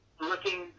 looking